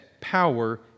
power